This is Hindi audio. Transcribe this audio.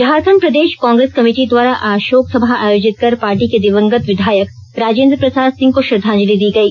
झारखंड प्रदेश कांग्रेस कमिटी द्वारा आज शोकसभा आयोजित कर पार्टी के दिवंगत विधायक राजेंद्र प्रसाद सिंह को श्रद्वांजलि दी गई